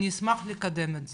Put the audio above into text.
אני אשמח לקדם את זה.